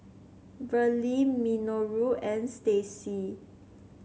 Verle Minoru and Staci